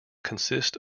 consist